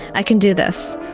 i can do this,